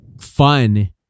fun